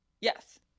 Yes